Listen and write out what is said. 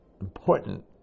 important